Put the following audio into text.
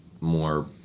more